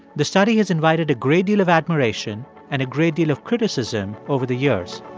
the study has invited a great deal of admiration and a great deal of criticism over the years